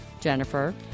Jennifer